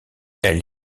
elle